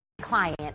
client